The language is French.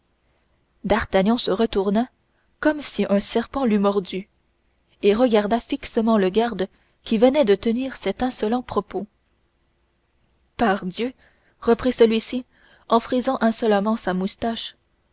d'artagnan se retourna comme si un serpent l'eût mordu et regarda fixement le garde qui venait de tenir cet insolent propos pardieu reprit celui-ci en frisant insolemment sa moustache